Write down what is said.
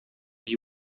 gli